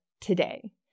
today